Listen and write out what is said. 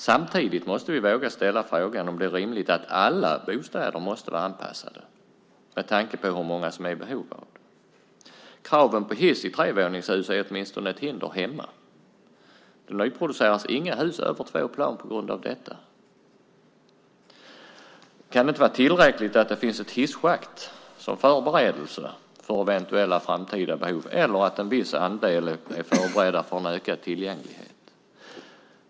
Samtidigt måste vi våga ställa frågan om det är rimligt att alla bostäder måste vara anpassade, med tanke på hur många som är i behov av det. Kravet på hiss i trevåningshus är åtminstone i min hemkommun ett hinder. På grund av detta nyproduceras inga hus högre än två plan. Kan det inte vara tillräckligt att det finns ett hisschakt som förberedelse för eventuella framtida behov eller att en viss andel är förberedda för en ökad tillgänglighet?